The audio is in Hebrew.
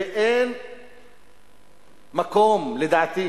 ואין מקום לדעתי